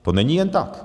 To není jen tak!